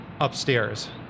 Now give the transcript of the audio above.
upstairs